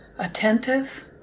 Attentive